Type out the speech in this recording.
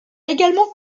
également